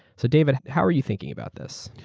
so david, how are you thinking about this?